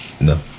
No